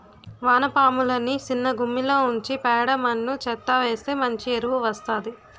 వానపాములని సిన్నగుమ్మిలో ఉంచి పేడ మన్ను చెత్తా వేస్తె మంచి ఎరువు వస్తాది